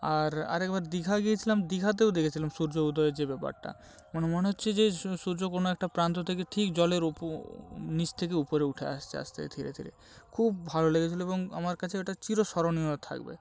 আর একবার দীঘা গিয়েছিলাম দীঘাতেও দেখেছিলাম সূর্য উদয়ের যে ব্যাপারটা মানে মনে হচ্ছে যে সূর্য কোনো একটা প্রান্ত থেকে ঠিক জলের ওপর নিচ থেকে উপরে উঠে আসছে আস্তে ধীরে ধীরে খুব ভালো লেগেছিল এবং আমার কাছে ওটা চিরস্মরণীয় হয়ে থাকবে